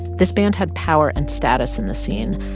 this band had power and status in the scene,